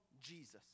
Jesus